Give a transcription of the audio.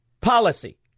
policy